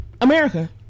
America